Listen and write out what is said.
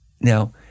Now